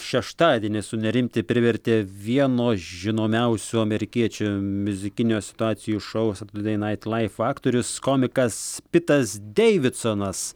šeštadienį sunerimti privertė vieno žinomiausių amerikiečių miuzikinio situacijų šou saturdei nait laiv komikas pitas deividsonas